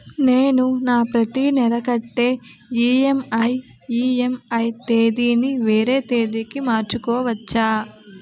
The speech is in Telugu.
నేను నా ప్రతి నెల కట్టే ఈ.ఎం.ఐ ఈ.ఎం.ఐ తేదీ ని వేరే తేదీ కి మార్చుకోవచ్చా?